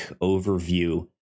overview